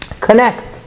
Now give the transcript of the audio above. connect